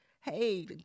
Hey